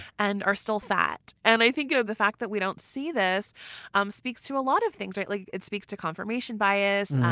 and are still fat. and i think you know the fact that we don't see this um speaks to a lot of things. like it speaks to confirmation bias.